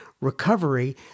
recovery